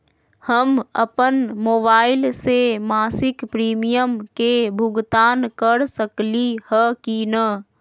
हम अपन मोबाइल से मासिक प्रीमियम के भुगतान कर सकली ह की न?